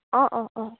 অঁ অঁ